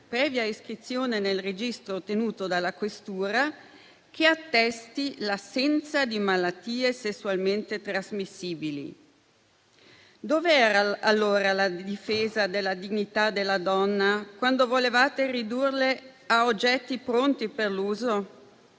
previa iscrizione nel registro tenuto dalla questura che attestasse l'assenza di malattie sessualmente trasmissibili. Dov'era allora la difesa della dignità delle donne, quando volevate ridurle a oggetti pronti per l'uso,